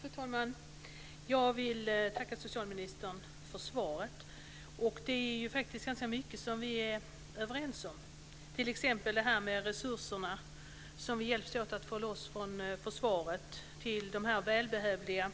Fru talman! Jag vill tacka socialministern för svaret. Det är faktiskt ganska mycket som vi är överens om, t.ex. det här med resurserna som vi hjälps åt att få loss från försvaret till de här välbehövliga